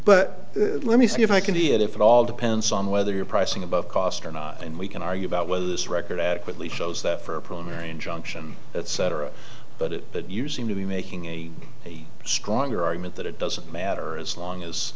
but let me see if i can see if it all depends on whether you're pricing above cost or not and we can argue about whether this record adequately shows that for a preliminary injunction etc but it but you seem to be making a stronger argument that it doesn't matter as long as